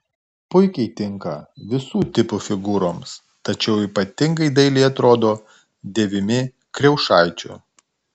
puikiai tinka visų tipų figūroms tačiau ypatingai dailiai atrodo dėvimi kriaušaičių